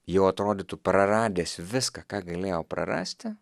jau atrodytų praradęs viską ką galėjo prarasti